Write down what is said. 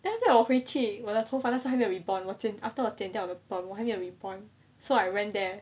then after that 我回去我的头发那时还没有 rebond 我剪 after 我剪掉 but 我还没有 rebond so I went there